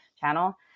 channel